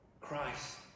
Christ